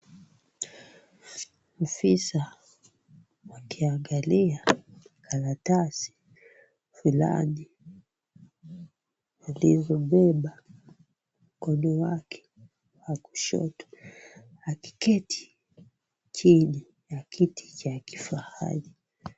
Afisa akiangalia karatasi flani aliyoibeba mkono wake wa kushoto akiketi chini ya kiti cha kifahari.